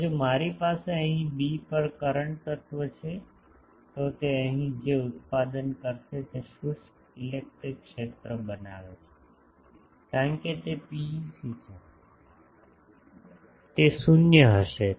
હવે જો મારી પાસે અહીં 'બી' પર કરંટ તત્વ છે તો તે અહીં જે ઉત્પાદન કરશે તે શુષ્ક ઇલેક્ટ્રિક ક્ષેત્ર બનાવે છે કારણ કે તે પીઈસી છે તે શૂન્ય હશે